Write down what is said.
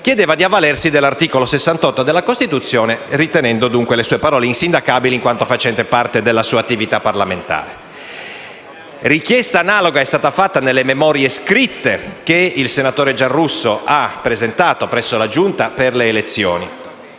chiedeva di avvalersi dell'articolo 68 della Costituzione, ritenendo dunque le sue parole insindacabili in quanto facenti parte della sua attività parlamentare. Richiesta analoga è stata fatta nelle memorie scritte che il senatore Giarrusso ha presentato presso la Giunta delle elezioni